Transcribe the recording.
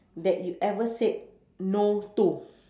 that you ever said no to